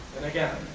and again,